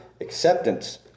Acceptance